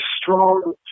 strong